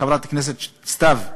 חברת הכנסת סתיו,